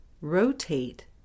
rotate